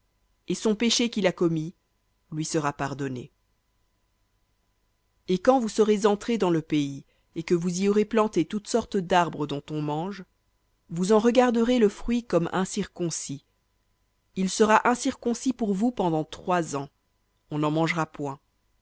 et son péché qu'il a commis lui sera pardonné v et quand vous serez entrés dans le pays et que vous y aurez planté toute sorte d'arbres dont on mange vous en regarderez le fruit comme incirconcis il sera incirconcis pour vous pendant trois ans on n'en mangera point